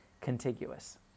contiguous